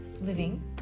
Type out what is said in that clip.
Living